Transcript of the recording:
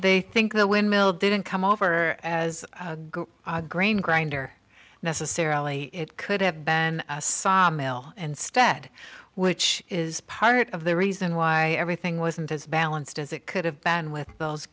they think the windmill didn't come over as a grain grinder necessarily it could have been a saw mill instead which is part of the reason why everything wasn't as balanced as it could have been with